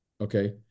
Okay